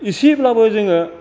एसेब्लाबो जोङो